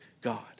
God